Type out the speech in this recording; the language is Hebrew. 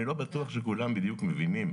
אני לא בטוח שכולם בדיוק מבינים.